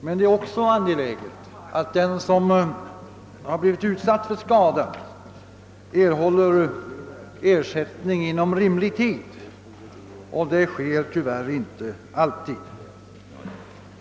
Men det är också angeläget håller ersättning inom rimlig tid, och det sker tyvärr inte alltid.